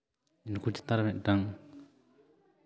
ᱩᱱᱠᱩ ᱪᱮᱛᱟᱱ ᱨᱮ ᱢᱤᱫᱴᱟᱱ